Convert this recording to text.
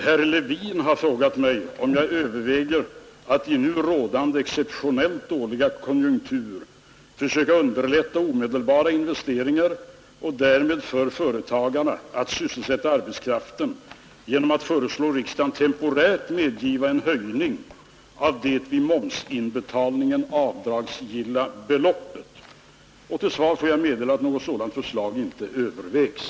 Herr talman! Herr Levin har frågat mig, om jag överväger att i nu rådande, exceptionellt dåliga konjunktur försöka underlätta omedelbara investeringar och därmed för företagarna att sysselsätta arbetskraften genom att föreslå riksdagen temporärt medgiva en höjning av det vid momsinbetalning avdragsgilla beloppet. Till svar får jag meddela att något sådant förslag inte övervägs.